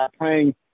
playing